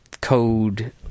code